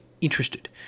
interested